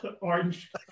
orange